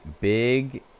Big